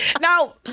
Now